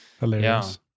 hilarious